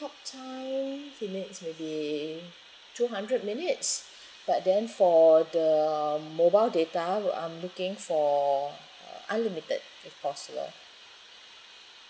talk time he needs maybe two hundred minutes but then for the mobile data I'm looking for uh unlimited if possible